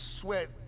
sweat